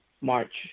March